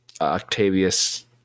Octavius –